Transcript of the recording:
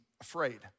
afraid